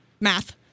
Math